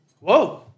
Whoa